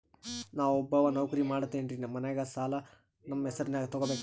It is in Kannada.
ನಾ ಒಬ್ಬವ ನೌಕ್ರಿ ಮಾಡತೆನ್ರಿ ಮನ್ಯಗ ಸಾಲಾ ನಮ್ ಹೆಸ್ರನ್ಯಾಗ ತೊಗೊಬೇಕ?